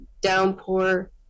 downpour